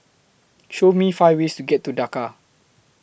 Show Me five ways to get to Dhaka